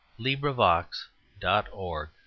LibriVox.org